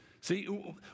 See